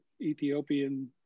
ethiopian